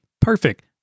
Perfect